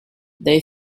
they